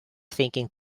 thinking